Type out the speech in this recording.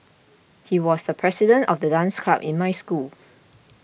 he was the president of the dance club in my school